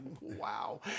Wow